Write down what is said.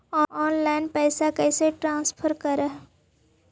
Online पैसा कैसे transfer कैसे कर?